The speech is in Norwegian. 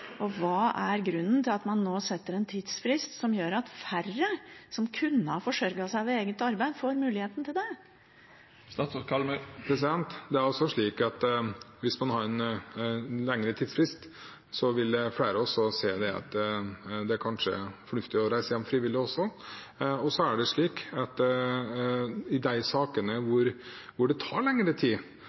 om hva slags tidsfrist man skal sette. Hva er grunnen til at man nå setter en tidsfrist som gjør at færre som kunne ha forsørget seg ved eget arbeid, får muligheten til det? Det er altså slik at hvis man har en lengre tidsfrist, vil flere også se at det kanskje er fornuftig å reise hjem frivillig. I de sakene hvor det tar lengre tid